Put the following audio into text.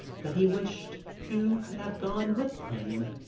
that he wished you could have gone with him.